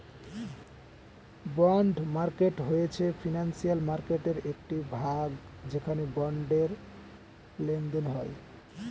bond market হয়েছে financial মার্কেটয়ের একটি ভাগ যেখানে বন্ডের লেনদেন হয়